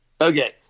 Okay